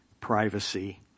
privacy